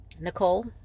Nicole